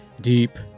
Deep